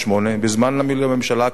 בזמן הממשלה הקודמת,